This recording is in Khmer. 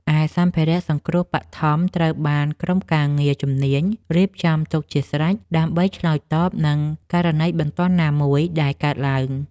ឯសម្ភារៈសង្គ្រោះបឋមត្រូវបានក្រុមការងារជំនាញរៀបចំទុកជាស្រេច ដើម្បីឆ្លើយតបនឹងករណីបន្ទាន់ណាមួយដែលកើតឡើង។